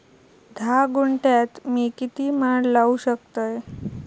धा गुंठयात मी किती माड लावू शकतय?